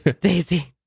Daisy